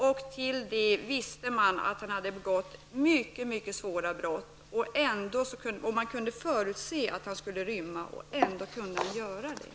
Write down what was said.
Dessutom visste man att han hade begått mycket allvarliga brott. Han kunde rymma trots att man kunde förutse att han skulle försöka.